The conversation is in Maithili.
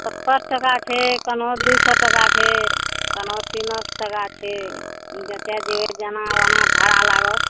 सत्तरि टका छै कनहु दूइ सओ टका छै कनहु तीनो सओ टका छै जतए जएबै जेना ओना भाड़ा लागत